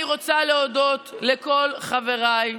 אני רוצה להודות לכל חבריי,